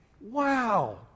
Wow